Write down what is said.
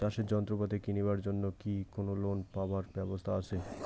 চাষের যন্ত্রপাতি কিনিবার জন্য কি কোনো লোন পাবার ব্যবস্থা আসে?